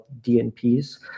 dnps